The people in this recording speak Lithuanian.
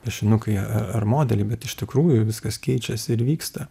piešinukai a ar modeliai bet iš tikrųjų viskas keičiasi ir vyksta